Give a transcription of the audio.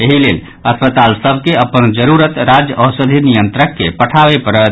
एहि लेल अस्पताल सभ के अपन जरूरत राज्यक औषधि नियंत्रक के पठाबय पड़त